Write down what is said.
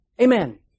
Amen